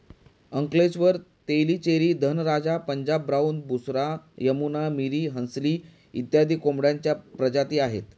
Ankleshwar, Tellicherry, Dhanraja, Punjab brown, Busra, Yamuna, Miri, Hansli इत्यादी कोंबड्यांच्या प्रजाती आहेत